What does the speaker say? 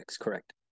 correct